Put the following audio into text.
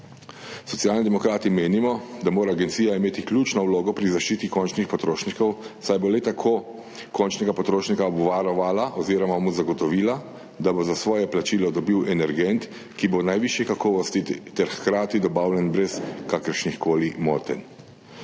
Socialni demokrati menimo, da mora imeti agencija ključno vlogo pri zaščiti končnih potrošnikov, saj bo le tako končnega potrošnika obvarovala oziroma mu zagotovila, da bo za svoje plačilo dobil energent, ki bo najvišje kakovosti ter hkrati dobavljen brez kakršnih koli motenj.